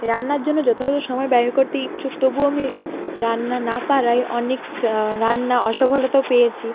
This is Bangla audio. রান্নার জন্য যথাযথ সময় ব্যয় করতে ইচ্ছুক তবুও আমি রান্না না পারায় অনেক রান্না অসফলতাও পেয়েছি